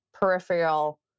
peripheral